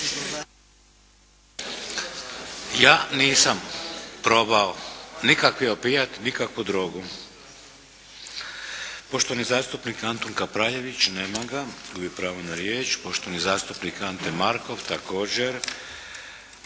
Ja nisam probao nikakvi opijat, nikakvu drogu. Poštovani zastupnik Antun Kapraljević. Nema ga. Gubi pravo na riječ. Poštovani zastupnik Ante Markov. Također.